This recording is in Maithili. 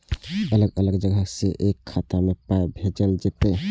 अलग अलग जगह से एक खाता मे पाय भैजल जेततै?